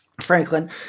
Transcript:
Franklin